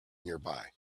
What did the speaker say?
nearby